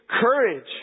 courage